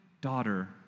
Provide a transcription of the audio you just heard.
daughter